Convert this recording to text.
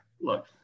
Look